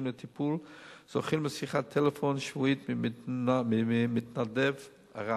לטיפול זוכים לשיחת טלפון שבועית ממתנדב בער"ן,